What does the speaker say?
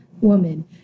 woman